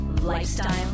lifestyle